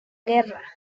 guerra